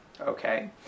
Okay